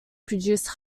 produce